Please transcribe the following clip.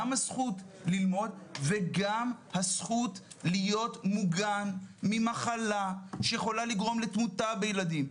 גם הזכות ללמוד וגם הזכות להיות מוגן ממחלה שיכולה לגרום לתמותה בילדים.